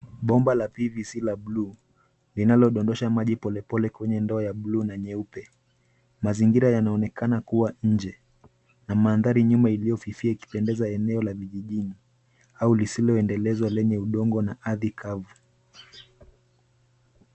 Bomba la PVC la buluu linalododosha maji polepole kwenye ndoo ya buluu na nyeupe. Mazingira yanaonekana kuwa nje na mandhari nyuma iliyofifia ikipendeza eneo la vijijini au lisiloendelezwa lenye udongo na ardhi kavu.